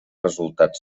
resultat